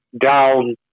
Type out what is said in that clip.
down